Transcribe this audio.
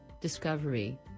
discovery